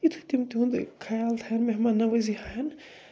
یتھُے تِم تِہُنٛد خیال تھاون مہمان نوٲزی ہاون